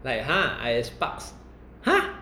like !huh! I at sparks